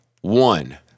One